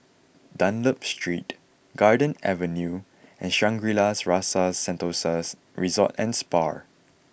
Dunlop Street Garden Avenue and Shangri La's Rasa Sentosa Resort and Spa